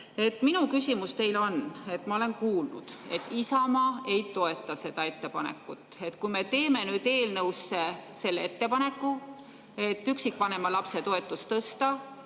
Minu küsimus teile on – ma olen kuulnud, et Isamaa ei toeta seda ettepanekut –, et kui me teeme nüüd eelnõusse ettepaneku üksikvanema lapse toetust tõsta,